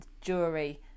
jury